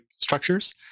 structures